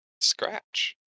Scratch